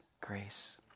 grace